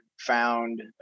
Found